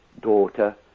daughter